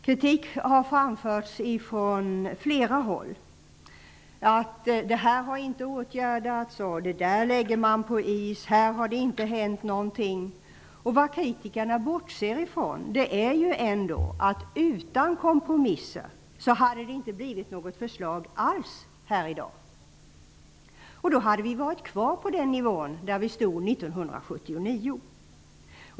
Kritik har framförts från flera håll: Det har inte åtgärdats. Det där läggs på is. Här har det inte hänt någonting. Men vad kritikerna bortser från är att utan kompromisser hade det inte blivit något förslag alls för oss här i dag. Då skulle vi ha varit kvar på samma nivå som 1979.